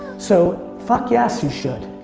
so, fuck yes you should.